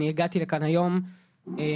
אני הגעתי לכאן היום מרחובות,